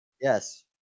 Yes